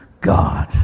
God